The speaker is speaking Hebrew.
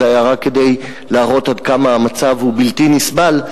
זה היה רק כדי להראות עד כמה המצב הוא בלתי נסבל.